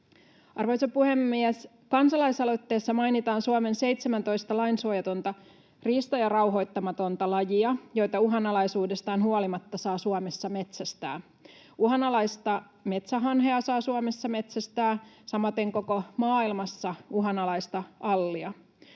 Arvoisa puhemies! Kansalaisaloitteessa mainitaan Suomen 17 lainsuojatonta riista‑ ja rauhoittamatonta lajia, joita uhanalaisuudestaan huolimatta saa Suomessa metsästää. Uhanalaista metsähanhea saa Suomessa metsästää, samaten koko maailmassa uhanalaista allia.